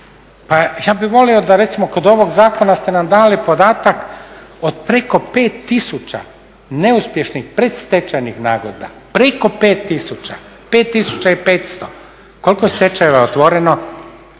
ja bi volio da recimo kod ovog zakona ste nam dali podataka od preko 5 tisuća neuspješnih predstečajnih nagodba, preko 5 tisuća, 5 500. Koliko je stečajeva otvoreno,